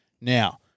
Now